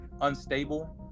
unstable